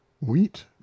wheat